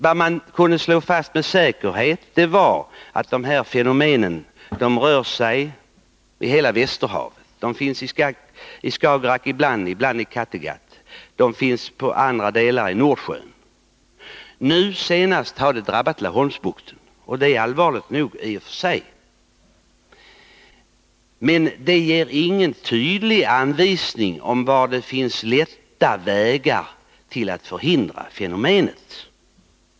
Däremot kunde man med säkerhet slå fast att de döda algerna rör sig i hela Västerhavet. De finns i Skagerack ibland, och ibland i Kattegatt. De finns i andra delar av Nordsjön. Nu senast har de drabbat Laholmsbukten. Det är i och för sig allvarligt nog. Men det ger ingen tydlig anvisning om var man kan hitta vägar för att förhindra fenomenet som sådant.